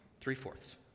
Three-fourths